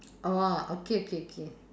orh okay okay okay